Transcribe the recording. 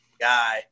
guy